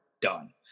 done